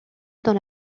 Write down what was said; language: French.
dans